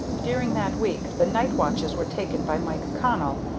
during that week the night-watches were taken by mike connell,